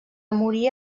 morir